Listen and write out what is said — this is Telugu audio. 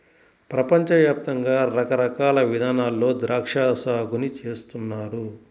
పెపంచ యాప్తంగా రకరకాల ఇదానాల్లో ద్రాక్షా సాగుని చేస్తున్నారు